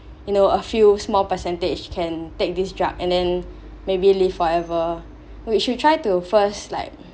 you know a few small percentage can take this drug and then maybe live forever which we try to first like